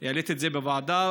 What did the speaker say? העליתי את זה בוועדה.